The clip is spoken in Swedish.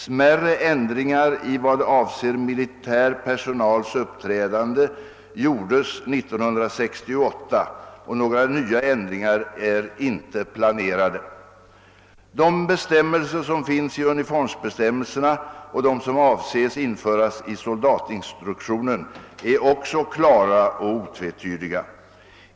Smärre ändringar i vad avser militär personals uppträdande gjordes 1968, och några nya ändringar är inte planerade. De bestämmelser som finns i uniformsbestämmelserna och de som avses införas i soldatinstruktionen är också klara och otvetydiga.